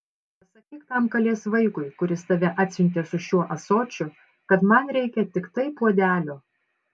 pasakyk tam kalės vaikui kuris tave atsiuntė su šiuo ąsočiu kad man reikia tiktai puodelio